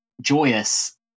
joyous